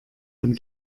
dann